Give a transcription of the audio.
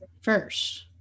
first